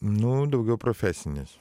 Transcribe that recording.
nu daugiau profesinės